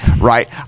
right